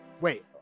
wait